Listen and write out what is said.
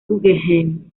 guggenheim